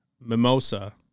Mimosa